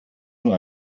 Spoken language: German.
nur